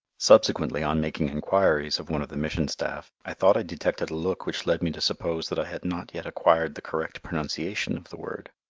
subsequently, on making enquiries of one of the mission staff, i thought i detected a look which led me to suppose that i had not yet acquired the correct pronunciation of the word.